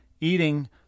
eating